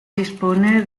dispone